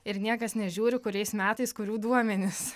ir niekas nežiūri kuriais metais kurių duomenys